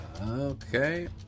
Okay